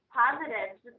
positives